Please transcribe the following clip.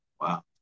Wow